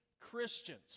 Christians